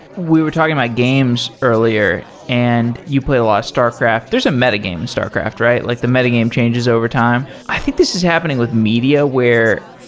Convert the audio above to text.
we were talking about games earlier, and you play a lot of starcraft. there's a meta-game and starcraft, right? like the meta-game changes over time. i think this is happening with media where,